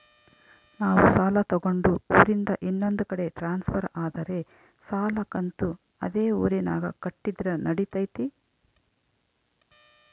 ನಾವು ಸಾಲ ತಗೊಂಡು ಊರಿಂದ ಇನ್ನೊಂದು ಕಡೆ ಟ್ರಾನ್ಸ್ಫರ್ ಆದರೆ ಸಾಲ ಕಂತು ಅದೇ ಊರಿನಾಗ ಕಟ್ಟಿದ್ರ ನಡಿತೈತಿ?